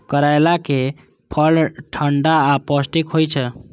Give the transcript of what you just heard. करैलाक फल ठंढा आ पौष्टिक होइ छै